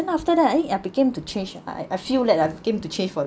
then after that I began to change ya I I feel that I've began to change for